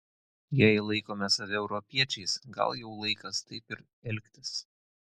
jei laikome save europiečiais gal jau laikas taip ir elgtis